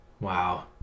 Wow